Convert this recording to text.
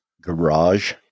garage